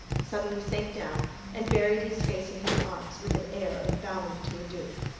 suddenly sank down and buried his face in his arms with an air of bowing to a doom.